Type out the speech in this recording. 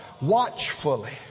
watchfully